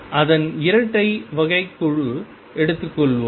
அதன் இரட்டை வகைக் கெழு எடுத்துக்கொள்வோம்